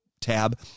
tab